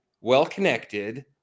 well-connected